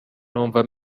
numva